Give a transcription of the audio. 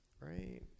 right